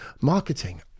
marketing